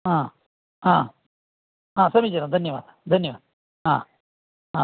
हा हा हा समीचीनं धन्यवादः धन्य हा हा